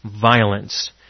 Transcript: violence